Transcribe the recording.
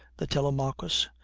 the telemachus,